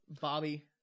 Bobby